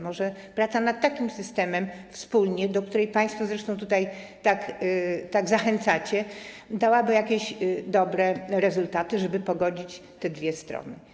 Może praca nad takim systemem - wspólnie - do której państwo zresztą tutaj tak zachęcacie, dałaby jakieś dobre rezultaty, żeby pogodzić te dwie strony.